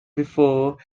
before